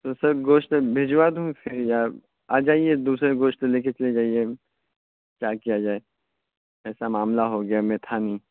تو سر گوشت بھیجوا دوں فر یا آ جائیے دوسرے گوشت لے کے چلے جائیے اب کیا کیا جائے ایسا معاملہ ہو گیا میں تھا نہیں